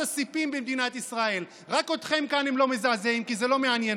לא סתם יש חלונות שקופים בבית המשפט העליון מלמטה עד למעלה.